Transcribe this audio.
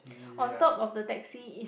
on top of the Taxi